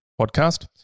podcast